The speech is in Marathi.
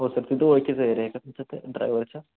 हो सर तिथं ओळखीचं एरिया आहे का तुमच्या ते ड्रायवरच्या